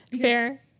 fair